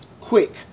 quick